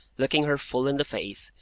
looking her full in the face,